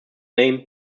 name